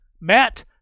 Matt